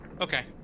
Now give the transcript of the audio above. Okay